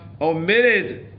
Omitted